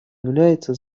является